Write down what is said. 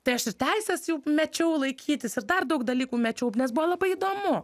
tai aš ir teises jau mečiau laikytis ir dar daug dalykų mečiau nes buvo labai įdomu